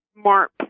smart